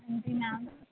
ਹਾਂਜੀ ਮੈਮ